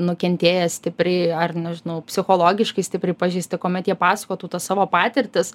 nukentėję stipriai ar nežinau psichologiškai stipriai pažeisti kuomet jie pasakotų tas savo patirtis